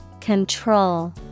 Control